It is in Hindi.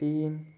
तीन